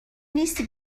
نیستی